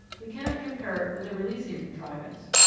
we cannot compare it with a releasing contrivance,